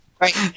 Right